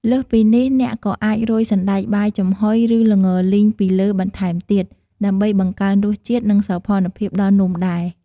លើសពីនេះ អ្នកក៏អាចរោយសណ្ដែកបាយចំហុយ ឬល្ងលីងពីលើបន្ថែមទៀត ដើម្បីបង្កើនរសជាតិ និងសោភ័ណភាពដល់នំដែរ។